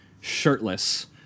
shirtless